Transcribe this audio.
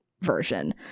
version